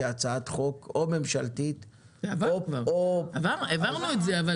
כהצעת חוק ממשלתית או --- העברנו את זה אבל